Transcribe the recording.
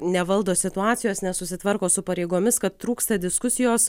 nevaldo situacijos nesusitvarko su pareigomis kad trūksta diskusijos